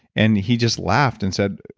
and he just laughed and said,